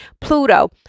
Pluto